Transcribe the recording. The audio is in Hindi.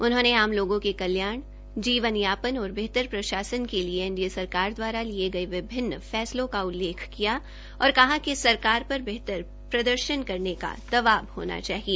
उन्होंने आम लोगों के कल्याण जीवनया न और बेहतर प्रशासन के लिए एनडीए सरकार दवारा लिए गये विभिन्न फैसलों का उल्लेख किया और कहा कि सरकार का उल्लेख किया और कहा कि सरकार र बेहतर प्रदर्शन करने का दवाब होना चाहिए